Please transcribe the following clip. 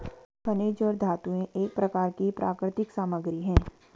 खनिज और धातुएं एक प्रकार की प्राकृतिक सामग्री हैं